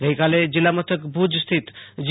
ગઈકાલે જિલ્લા મથક ભુજસ્થિત જી